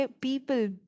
people